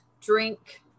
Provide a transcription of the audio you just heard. drink